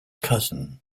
cousin